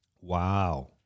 Wow